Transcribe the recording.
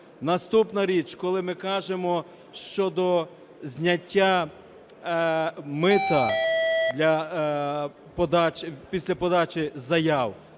Наступна річ, коли ми кажемо щодо зняття мита після подачі заяв,